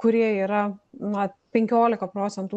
kurie yra na penkiolika procentų